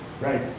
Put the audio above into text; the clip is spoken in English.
Right